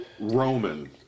Roman